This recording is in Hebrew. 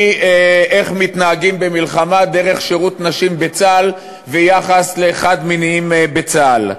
מאיך מתנהגים במלחמה דרך שירות נשים בצה"ל ועד יחס לחד-מיניים בצה"ל.